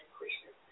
Christian